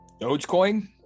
Dogecoin